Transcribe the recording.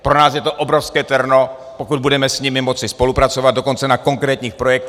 Pro nás je to obrovské terno, pokud budeme s nimi moci spolupracovat, dokonce na konkrétních projektech.